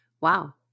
Wow